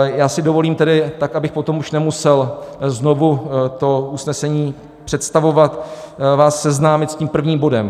Já si dovolím tedy, tak abych potom už nemusel znovu to usnesení představovat, vás seznámit s tím prvním bodem: